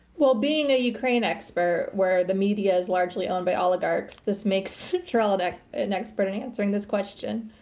well, being a ukraine expert where the media is largely owned by oligarchs, this makes terrell and an expert at answering this question.